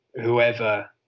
whoever